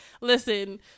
listen